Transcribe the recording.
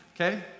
Okay